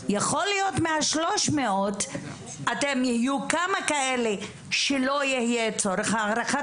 יכול להיות שמה-300 יהיו כמה כאלה שלא יהיה צורך והערכת